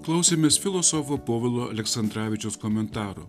klausėmės filosofo povilo aleksandravičiaus komentaro